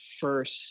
first